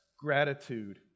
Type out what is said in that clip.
gratitude